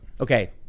okay